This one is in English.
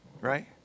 Right